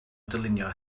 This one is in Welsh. dylunio